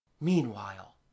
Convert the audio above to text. meanwhile